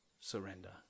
surrender